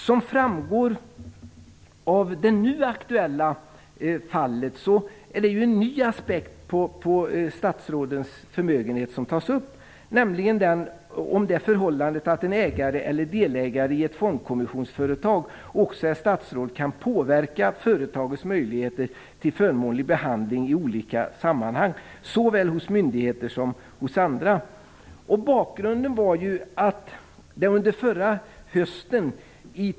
Som framgår av det nu aktuella fallet är det en ny aspekt på statsrådens förmögenhet som tas upp, nämligen det förhållandet om en ägare eller delägare i ett fondkomissionärsföretag som också är statsråd kan påverka företagets möjligheter till förmånlig behandling i olika sammanhang såväl hos myndighet som hos andra.